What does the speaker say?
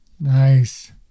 Nice